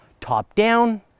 top-down